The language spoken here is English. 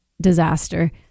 disaster